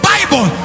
Bible